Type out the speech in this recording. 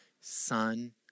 son